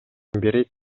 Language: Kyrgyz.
берет